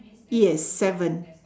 yes seven